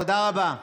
תודה רבה.